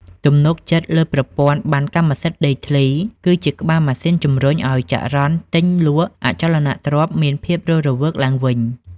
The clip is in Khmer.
ទំនុកចិត្តលើប្រព័ន្ធប័ណ្ណកម្មសិទ្ធិដីធ្លី គឺជាក្បាលម៉ាស៊ីនជំរុញឱ្យចរន្តទិញលក់អចលនទ្រព្យមានភាពរស់រវើកឡើងវិញ។